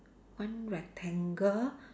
one rectangle